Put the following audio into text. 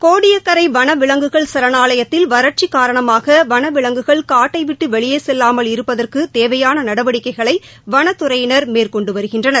கோடியக்கரை வனவிலங்குகள் சரணாலயத்தில் வறட்சி காரணமாக வனவிலங்குகள் காட்டை விட்டு வெளியே செல்லாமல் இருப்பதற்கு தேவையான நடவடிக்கைகளை வனத்துறையினர் மேற்கொண்டு வருகின்றனர்